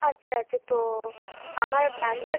আচ্ছা আচ্ছা তো আমার বাড়িটা